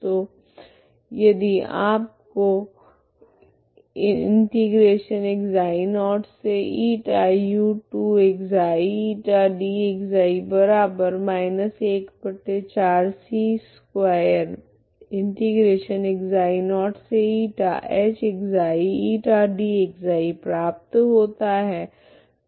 तो यदि आपको प्राप्त होता है